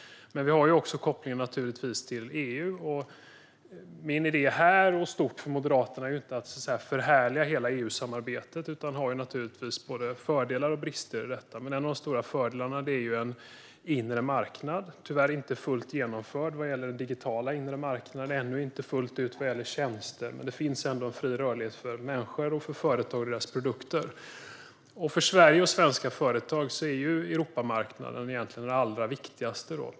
Vi har också kopplingen till EU. Min och Moderaternas idé här och i stort är inte att så att säga förhärliga hela EU-samarbetet. Det finns naturligtvis både fördelar och brister i detta, men en av de stora fördelarna är den inre marknaden. Tyvärr är den ännu inte fullt genomförd vad gäller en digital inre marknad eller tjänster, men det finns ändå en fri rörlighet för människor och för företag och deras produkter. För Sverige och svenska företag är Europamarknaden den allra viktigaste.